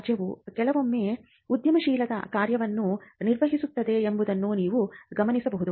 ರಾಜ್ಯವು ಕೆಲವೊಮ್ಮೆ ಉದ್ಯಮಶೀಲತಾ ಕಾರ್ಯವನ್ನು ನಿರ್ವಹಿಸುತ್ತದೆ ಎಂಬುದನ್ನು ನೀವು ಗಮನಿಸಬಹುದು